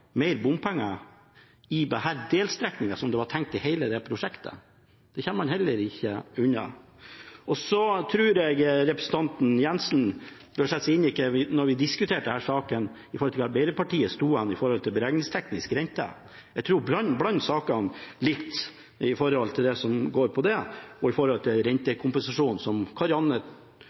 mer i bompenger på denne delstrekningen enn det som var tenkt i hele dette prosjektet. Det kommer man heller ikke unna. Så tror jeg representanten Jensen da vi diskuterte denne saken, bør sette seg inn i hvor Arbeiderpartiet sto når det gjaldt beregningsteknisk rente. Jeg tror hun blander sakene litt med hensyn til det som går på det, og det som går på rentekompensasjon, som Karianne